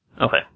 Okay